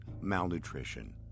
malnutrition